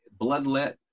bloodlet